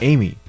Amy